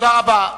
תודה רבה.